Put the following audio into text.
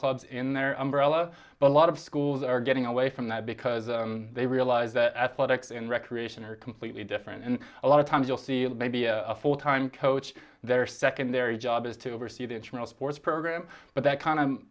clubs in their umbrella but a lot of schools are getting away from that because they realize that athletics and recreation are completely different and a lot of times you'll see that maybe a full time coach their secondary job is to oversee this real sports program but that kind of